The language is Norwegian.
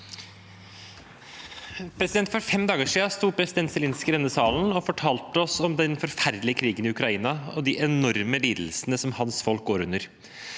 For fem dager si- den sto president Zelenskyj i denne salen og fortalte oss om den forferdelige krigen i Ukraina og de enorme lidelsene som hans folk går gjennom.